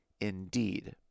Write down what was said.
indeed